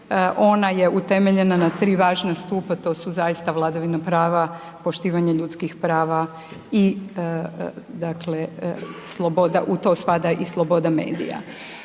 ona je utemeljena na tri važna stupa, to su zaista vladavina prava, poštivanje ljudskih prava i dakle sloboda, u to spada i sloboda medija.